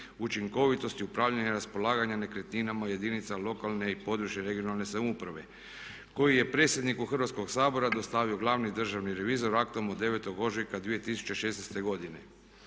učinkovitosti upravljanja, raspolaganja nekretninama u jedinicama lokalne i područne regionalne samouprave koju je predsjedniku Hrvatskog sabora dostavio glavni državni revizor aktom od 9.ožujka 2016.godine.